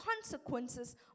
consequences